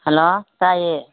hello ꯇꯥꯏꯌꯦ